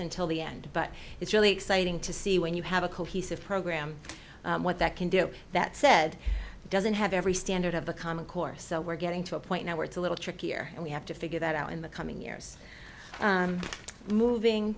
until the end but it's really exciting to see when you have a cohesive program what that can do that said doesn't have every standard of the common course so we're getting to a point now where it's a little trickier and we have to figure that out in the coming years moving